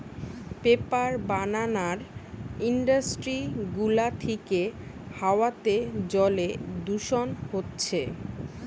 paper বানানার industry গুলা থিকে হাওয়াতে জলে দূষণ হচ্ছে